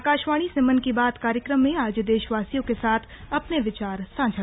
आकाशवाणी से मन की बात कार्यक्रम में आज देशवासियों के साथ अपने विचार किए साझा